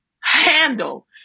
handle